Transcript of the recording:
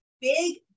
big